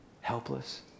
helpless